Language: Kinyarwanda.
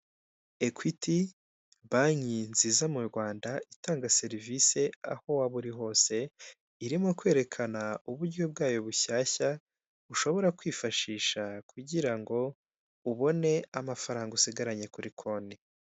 Ekwiti banki nziza mu Rwanda itanga serivise aho waba uri hose, irimo kwerekana uburyo bwayo bushyashya, ushobora kwifashisha kugira ngo ubone amafaranga usigaranye kuri konti.